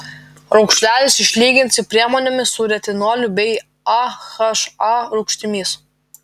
raukšleles išlyginsi priemonėmis su retinoliu bei aha rūgštimis